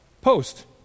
post